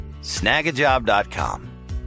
snagajob.com